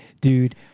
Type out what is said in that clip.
Dude